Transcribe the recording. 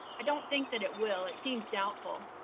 i don't think that it will, it seems doubtful,